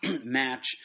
match